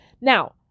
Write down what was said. Now